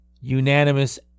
unanimous